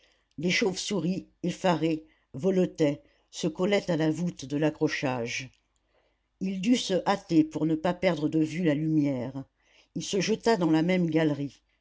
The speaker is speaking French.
des chauves-souris effarées voletaient se collaient à la voûte de l'accrochage il dut se hâter pour ne pas perdre de vue la lumière il se jeta dans la même galerie